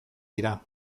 dira